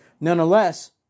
nonetheless